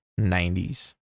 90s